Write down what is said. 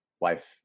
wife